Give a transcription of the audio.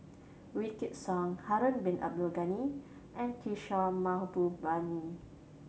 Wykidd Song Harun Bin Abdul Ghani and Kishore Mahbubani